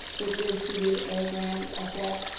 which is to be a grand af-fair.